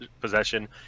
possession